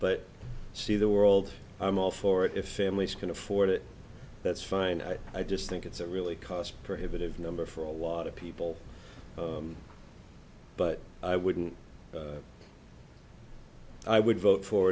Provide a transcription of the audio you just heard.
but see the world i'm all for it if families can afford it that's fine i just think it's a really cost prohibitive number for a lot of people but i wouldn't i would vote for